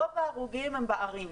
רוב ההרוגים הם בערים,